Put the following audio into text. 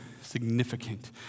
significant